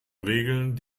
regeln